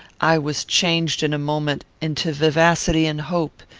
i was changed in a moment into vivacity and hope,